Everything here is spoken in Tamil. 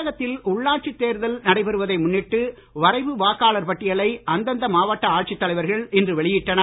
தமிழகத்தில் உள்ளாட்சி தேர்தல் நடைபெறுவதை முன்னிட்டு வரைவு வாக்காளர் பட்டியலை அந்தந்த மாவட்ட ஆட்சித் தலைவர்கள் இன்று வெளியிட்டனர்